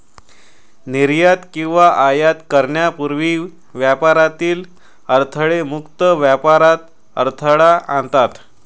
निर्यात किंवा आयात करण्यापूर्वी व्यापारातील अडथळे मुक्त व्यापारात अडथळा आणतात